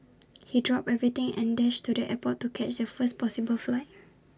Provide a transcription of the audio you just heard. he dropped everything and dashed to the airport to catch the first possible flight